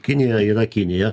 kinija yra kinija